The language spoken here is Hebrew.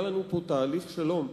היה לנו פה תהליך שלום,